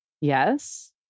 Yes